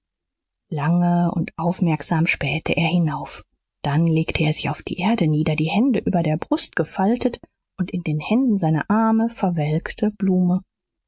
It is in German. lange und aufmerksam spähte er hinauf dann legte er sich auf die erde nieder die hände über der brust gefaltet und in den händen seine arme verwelkte blume